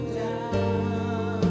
down